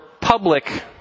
public